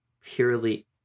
purely